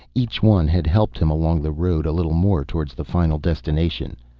each one had helped him along the road a little more towards the final destination.